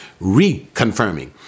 reconfirming